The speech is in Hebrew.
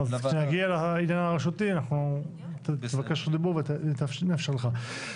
כשנגיע לעניין הרשותי תבקש את רשות הדיבור ונאפשר לך.